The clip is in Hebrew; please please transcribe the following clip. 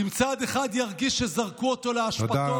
אם צד אחד ירגיש שזרקו אותו לאשפתות,